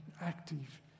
active